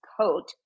coat